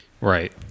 Right